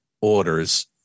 orders